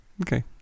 Okay